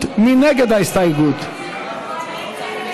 של חברי הכנסת דב חנין, אחמד טיבי,